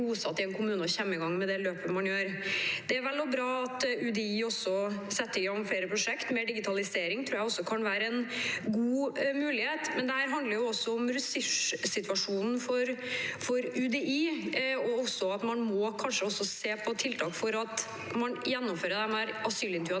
Det er vel og bra at UDI setter i gang flere prosjekter. Mer digitalisering tror jeg kan være en god mulighet, men dette handler også om ressurssituasjonen for UDI, og at man kanskje må se på tiltak for å gjennomføre asylintervjuene